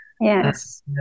Yes